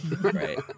Right